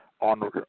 On